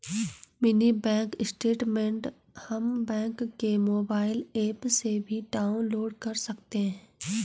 mini bank statement हम bank के mobile app से भी डाउनलोड कर सकते है